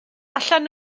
allan